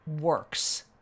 works